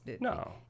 No